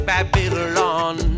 Babylon